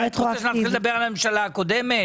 את רוצה שאני אתחיל לדבר על הממשלה הקודמת?